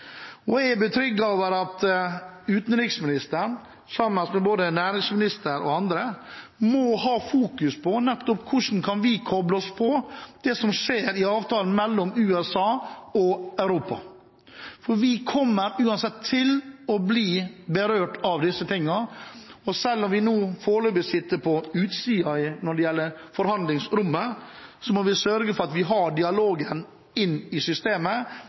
det. Jeg er betrygget over at utenriksministeren sammen med både næringsministeren og andre har fokus på nettopp hvordan vi kan koble oss på det som skjer i avtalen mellom USA og Europa. Vi kommer uansett til å bli berørt av dette. Selv om vi nå foreløpig sitter på utsiden av forhandlingsrommet, må vi sørge for at vi har dialog inn i systemet,